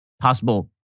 possible